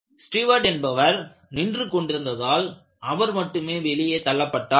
steward என்பவர் நின்று கொண்டிருந்ததால் அவர் மட்டும் வெளியே தள்ளப்பட்டார்